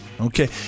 Okay